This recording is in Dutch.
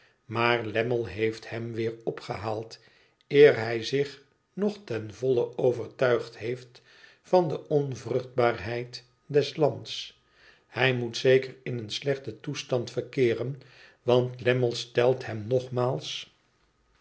maar lammie heeft hem weer opgehaald eer hij zich nog ten volle overtuigd heeft van de onvruchtbaarheid des lands hij moet zeker in een slechten toestand verkeeren want lammie stelt hem nogmaals